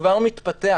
שכבר מתפתח.